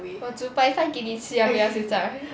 我煮白饭给你吃要不要现在